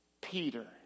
Peter